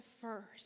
first